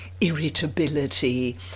irritability